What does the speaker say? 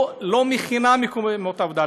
לא מכינה מקומות עבודה,